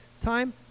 time